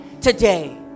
today